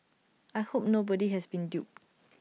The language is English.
I hope nobody has been duped